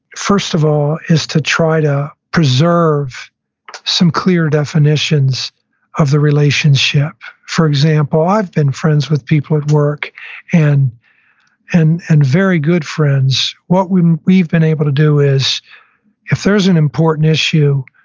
first of all, is to try to preserve some clear definitions of the relationship. for example, i've been friends with people at work and and and very good friends. what we've we've been able to do is if there's an important issue,